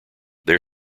their